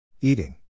Eating